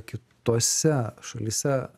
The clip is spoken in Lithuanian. kitose šalyse